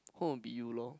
hope would be you lor